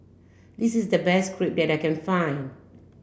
this is the best Crepe that I can find